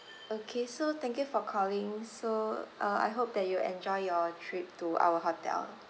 okay so thank you for calling so uh I hope that you enjoy your trip to our hotel